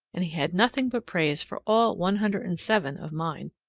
and he had nothing but praise for all one hundred and seven of mine.